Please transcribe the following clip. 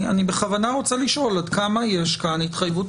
אני בכוונה רוצה לשאול עד כמה יש כאן התחייבות